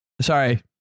Sorry